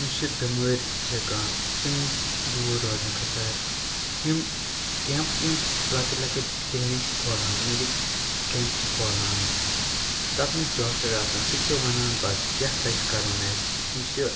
یُس یہِ بٮ۪مٲرۍ چھِ کانٛہہ تمہِ نِش دوٗر روزنہٕ خٲطر یِم کٮ۪مپ یِم لَکٕٹۍ لَکٕٹۍ کِلنِک چھِ کھولان میڈِ کٮ۪مپ چھِ کھولان تَتھ منٛز چھِ ڈاکٹَر آسان سُہ چھِ وَنان پَتہٕ کیٛاہ پَزِ کَرُن اَسہِ یُس یہِ